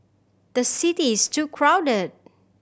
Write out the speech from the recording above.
the city is too crowded